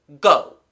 go